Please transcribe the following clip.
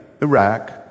Iraq